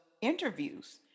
interviews